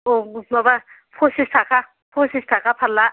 औ माबा फसिस थाखा फसिस थाखा फारला